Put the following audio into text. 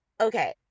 okay